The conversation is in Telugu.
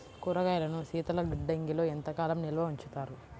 కూరగాయలను శీతలగిడ్డంగిలో ఎంత కాలం నిల్వ ఉంచుతారు?